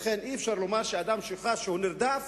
לכן אי-אפשר לומר שאדם שחש שהוא נרדף,